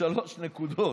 לשלוש נקודות.